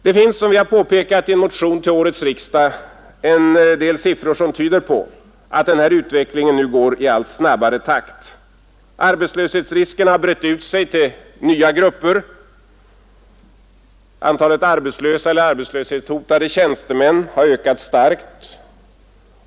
Det finns, som folkpartiet påpekat i en motion till årets riksdag, siffror som tyder på att denna utveckling nu går i allt snabbare takt. Arbetslöshetsriskerna har brett ut sig till nya grupper. Antalet arbetslösa eller arbetslöshetshotade tjänstemän har ökat starkt.